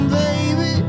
baby